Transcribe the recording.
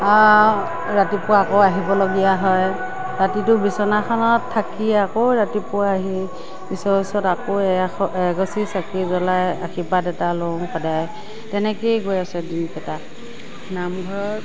ৰাতিপুৱা আকৌ আহিবলগীয়া হয় ৰাতিটো বিচনাখনত থাকি আকৌ ৰাতিপুৱা আহি ঈশ্বৰৰ ওচৰত আকৌ এক এগছি চাকি জ্ৱলাই আশীৰ্বাদ এটা লওঁ সদায় তেনেকৈয়ে গৈ আছে দিনকেইটা নামঘৰত